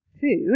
food